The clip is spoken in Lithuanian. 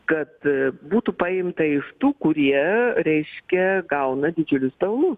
kad būtų paimta iš tų kurie reiškia gauna didžiulius pelnus